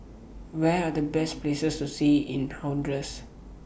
Where Are The Best Places to See in Honduras